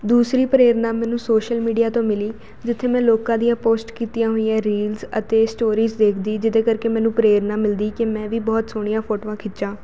ਦੂਸਰੀ ਪ੍ਰੇਰਨਾ ਮੈਨੂੰ ਸੋਸ਼ਲ ਮੀਡੀਆ ਤੋਂ ਮਿਲੀ ਜਿੱਥੇ ਮੈਂ ਲੋਕਾਂ ਦੀਆਂ ਪੋਸਟ ਕੀਤੀਆਂ ਹੋਈਆਂ ਰੀਲਸ ਅਤੇ ਸਟੋਰੀਜ ਦੇਖਦੀ ਜਿਹਦੇ ਕਰਕੇ ਮੈਨੂੰ ਪ੍ਰੇਰਨਾ ਮਿਲਦੀ ਕਿ ਮੈਂ ਵੀ ਬਹੁਤ ਸੋਹਣੀਆਂ ਫੋਟੋਆਂ ਖਿੱਚਾਂ